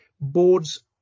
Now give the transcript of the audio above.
boards